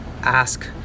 ask